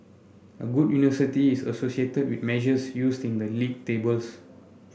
a good university is associated with measures used in the league tables